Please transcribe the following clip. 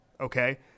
okay